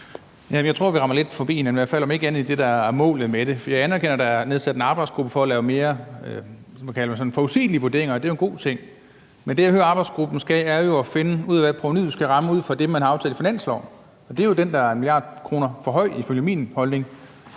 Jeg tror, vi rammer lidt forbi hinanden, om ikke andet i hvert fald i det, der er målet med det. For jeg anerkender, at der er nedsat en arbejdsgruppe for at lave mere forudsigelige vurderinger, og det er jo en god ting, men det, jeg hører arbejdsgruppen skal, er jo at finde ud af, hvad provenuet skal ramme, ud fra det, man har aftalt i finansloven. Det er den, der er 1 mia. kr. for høj efter min mening,